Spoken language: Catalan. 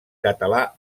català